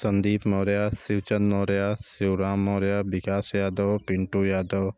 Sandeep Maurya Shivchand Maurya Shivram Maurya Vikas Yadav Pintu Yadav